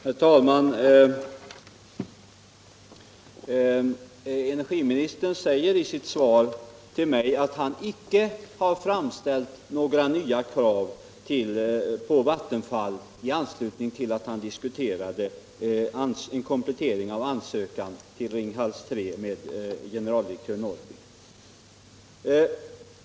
Herr talman! Energiministern säger i sitt svar till mig att han inte har framställt några nya krav till Vattenfall i anslutning till att han diskuterade en komplettering av ansökan om Ringhals 3 med generaldirektör Norrby.